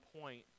point